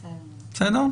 בסדר?